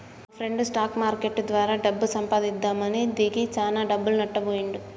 మాప్రెండు stock market ద్వారా డబ్బు సంపాదిద్దామని దిగి చానా డబ్బులు నట్టబొయ్యిండు